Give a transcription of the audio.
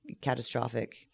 catastrophic